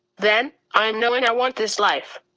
then i am knowing i want this life.